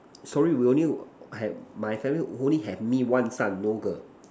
sorry we only have my family only have me one son no girl